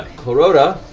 clarota